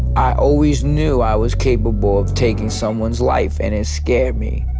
i always knew i was capable of taking someone's life and it scared me,